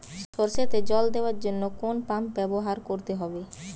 সরষেতে জল দেওয়ার জন্য কোন পাম্প ব্যবহার করতে হবে?